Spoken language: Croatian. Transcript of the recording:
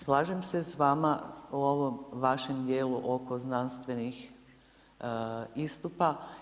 Slažem se s vama u ovom vašem dijelu oko znanstvenih istupa.